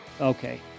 Okay